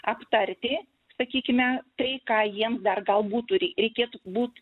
aptarti sakykime tai ką jiems dar gal būtų reikėtų būt